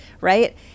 right